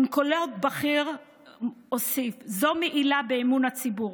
אונקולוג בכיר הוסיף: "זו מעילה באמון הציבור